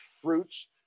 fruits